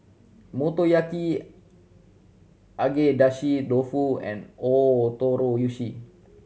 Motoyaki Agedashi Dofu and Ootoro Yushi